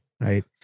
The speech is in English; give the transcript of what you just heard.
Right